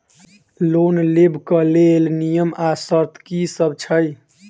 Loan लेबऽ कऽ लेल नियम आ शर्त की सब छई?